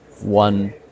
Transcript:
one